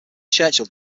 churchill